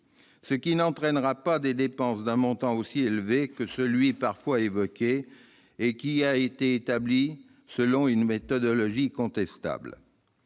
ce qui n'entraînera pas des dépenses d'un montant aussi élevé que celui qui a été parfois évoqué et qui a été établi selon une méthodologie contestable.